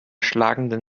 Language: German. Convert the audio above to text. schlagenden